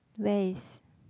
where is